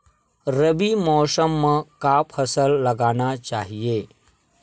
रबी मौसम म का फसल लगाना चहिए?